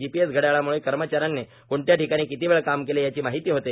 GPS घड्याळाम्ळे कर्मचा याने कोणत्या ठिकाणी किती वेळ काम केले याची माहिती होते